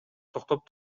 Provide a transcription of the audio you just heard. токтоп